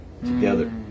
together